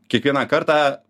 kiekvieną kartą